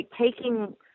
taking